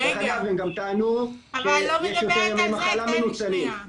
הם גם טענו שיש יותר ימי מחלה מנוצלים,